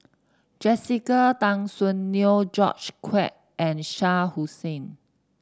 Jessica Tan Soon Neo George Quek and Shah Hussain